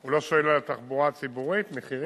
הוא לא שואל על התחבורה הציבורית, מחירים?